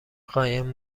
قایم